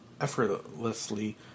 effortlessly